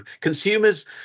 Consumers